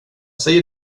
säger